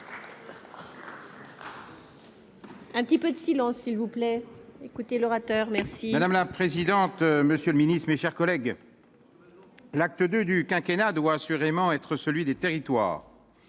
Un petit peu de silence s'il vous plaît, écoutez l'orateur merci. Madame la présidente, monsieur le Ministre, mes chers collègues. L'acte II du quinquennat doit assurément être celui des territoires,